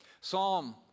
Psalm